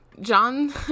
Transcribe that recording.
john